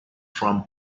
from